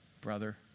brother